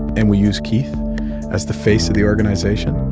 and we used keith as the face of the organization.